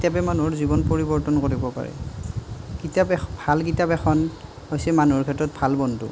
কিতাপে মানুহৰ জীৱন পৰিৱৰ্তন কৰিব পাৰে কিতাপে ভাল কিতাপ এখন হৈছে মানুহৰ ক্ষেত্ৰত ভাল বন্ধু